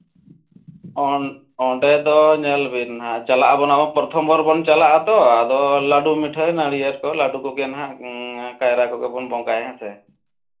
ᱚᱸᱰᱮ ᱫᱚ ᱧᱮᱞ ᱵᱤᱱ ᱱᱟᱦᱟᱜ ᱪᱟᱞᱟᱜ ᱟᱵᱚᱱ ᱟᱵᱚ ᱯᱨᱛᱷᱚᱢᱵᱟᱨ ᱵᱟᱨ ᱵᱚᱱ ᱪᱟᱞᱟᱜᱼᱟ ᱟᱛᱚ ᱟᱫᱚ ᱞᱟᱹᱰᱩ ᱢᱤᱴᱷᱟᱹᱭ ᱱᱟᱹᱨᱤᱭᱮᱞ ᱠᱚ ᱞᱟᱹᱰᱩ ᱠᱚᱜᱮ ᱱᱟᱦᱟᱜ ᱠᱟᱭᱨᱟ ᱠᱚᱜᱮ ᱵᱚᱱ ᱵᱚᱸᱜᱟᱭᱟ ᱦᱮᱸ ᱥᱮ